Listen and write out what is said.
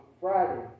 Friday